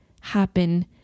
happen